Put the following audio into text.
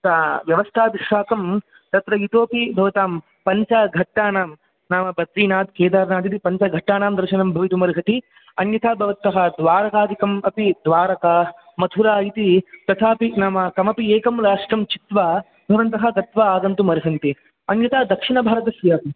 सा व्यवस्थाभिस्साकं तत्र इतोपि भवतां पञ्चघट्टानां नाम बद्रिनाथ केदारनाथ इति पञ्चघट्टानां दर्शनं भवितुमर्हति अन्यथा भवन्तः द्वारकादिकम् अपि द्वारका मथुरा इति तथापि नाम कमपि एकं राष्ट्रं चित्वा भवन्तः गत्वा आगन्तुमर्हन्ति अन्यथा दक्षिणभारतस्यापि